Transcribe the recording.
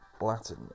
Latin